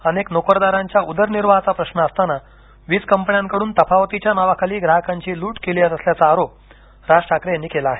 अनेक नोकरदारांच्या उदरनिर्वाहाचा प्रश्न असताना वीज कंपन्यांनी तफावतीच्या नावाखाली ग्राहकांची लूट केली जात असल्याचा आरोप राज ठाकरे यांनी केला आहे